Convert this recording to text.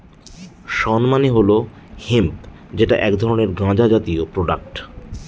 শণ মানে হল হেম্প যেটা এক ধরনের গাঁজা জাতীয় প্রোডাক্ট